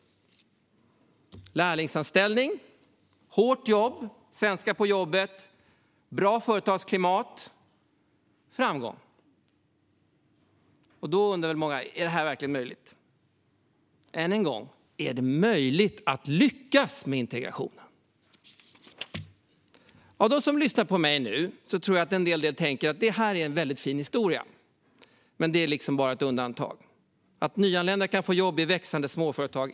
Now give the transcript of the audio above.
Lärlingsanställning, hårt jobb, svenska på jobbet, bra företagsklimat, framgång. Nu undrar väl många om det här verkligen är möjligt. Än en gång: Är det möjligt att lyckas med integrationen? Av dem som lyssnar på mig nu tror jag att en del tänker att det här är en fin historia, men att det är ett undantag att nyanlända får jobb i växande småföretag.